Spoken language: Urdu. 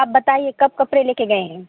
آپ بتائیے کب کپڑے لے کے گئے ہیں